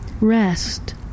Rest